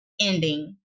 ending